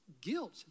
guilt